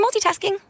multitasking